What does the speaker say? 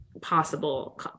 possible